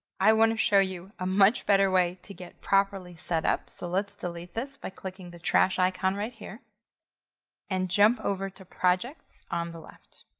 i want to show you a much better way to get properly set up, so let's delete this by clicking the trash icon right here and jump over to projects on the left.